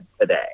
today